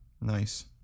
Nice